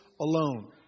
alone